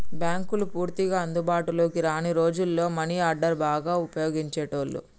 బ్యేంకులు పూర్తిగా అందుబాటులోకి రాని రోజుల్లో మనీ ఆర్డర్ని బాగా వుపయోగించేటోళ్ళు